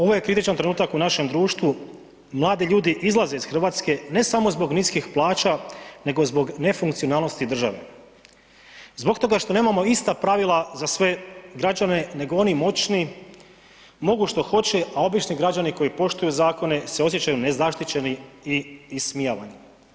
Ovo je kritičan trenutak u našem društvu, mladi ljudi izlaze iz Hrvatske ne samo zbog niskih plaća nego zbog nefunkcionalnosti države, zbog toga što nemamo ista pravila za sve građane nego oni moćni mogu što hoće, a obični građani koji poštuju zakone se osjećaju nezaštićeni i ismijavani.